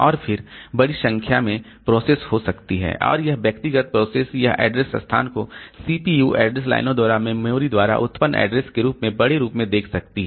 और फिर बड़ी संख्या में प्रोसेस हो सकती हैं और यह व्यक्तिगत प्रोसेस यह ऐड्रेस स्थान को सीपीयू ऐड्रेस लाइनों द्वारा मेमोरी द्वारा उत्पन्न ऐड्रेस के रूप में बड़े रूप में देख सकती है